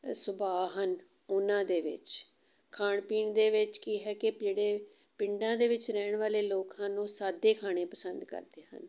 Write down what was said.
ਸੁਭਾਅ ਹਨ ਉਹਨਾਂ ਦੇ ਵਿੱਚ ਖਾਣ ਪੀਣ ਦੇ ਵਿੱਚ ਕੀ ਹੈ ਕਿ ਜਿਹੜੇ ਪਿੰਡਾਂ ਦੇ ਵਿੱਚ ਰਹਿਣ ਵਾਲੇ ਲੋਕ ਹਨ ਉਹ ਸਾਦੇ ਖਾਣੇ ਪਸੰਦ ਕਰਦੇ ਹਨ